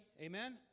Amen